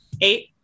Eight